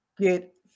Get